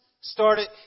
started